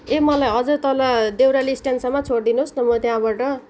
ए मलाई हजुर तल देउराली स्ट्यान्डसम्म छोडिदिनु होस् म त्यहाँबाट